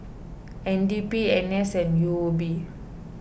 N D P N S and U O B